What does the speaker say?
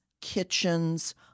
kitchens